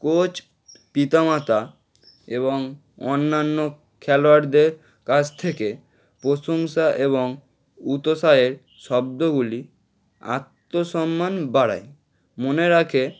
coach পিতা মাতা এবং অন্যান্য খেলোয়াড়দের কাছ থেকে প্রশংসা এবং উৎসাহের শব্দগুলি আত্মসম্মান বাড়ায় মনে রাখে